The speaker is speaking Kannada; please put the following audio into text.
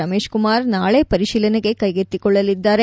ರಮೇಶ್ ಕುಮಾರ್ ನಾಳೆ ಪರಿಶೀಲನೆಗೆ ಕೈಗೆತ್ತಿಕೊಳ್ಳಲಿದ್ದಾರೆ